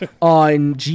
on